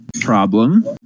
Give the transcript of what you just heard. Problem